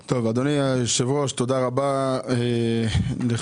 אדוני היושב-ראש, תודה רבה לך.